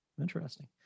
interesting